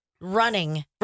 running